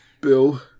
Bill